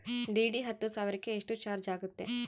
DD ಹತ್ತು ಸಾವಿರಕ್ಕೆ ಎಷ್ಟು ಚಾಜ್೯ ಆಗತ್ತೆ?